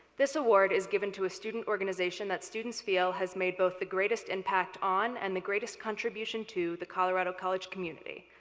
this award is given to a student organization that students feel has made both the greatest impact on, and the greatest contribution to, the colorado college community.